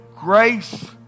grace